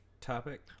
topic